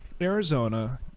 Arizona